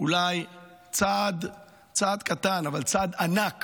אולי צעד קטן, אבל צעד ענק